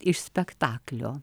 iš spektaklio